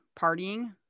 partying